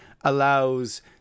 allows